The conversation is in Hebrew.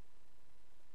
חברי